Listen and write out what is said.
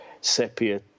sepia